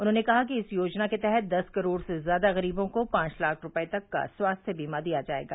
उन्होंने कहा कि इस योजना के तहत दस करोड़ से ज्यादा ग़रीबों को पांच लाख रुपये तक का स्वास्थ्य बीमा दिया जाएगा